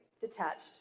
detached